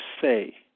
say